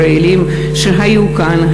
ישראלים שהיו כאן,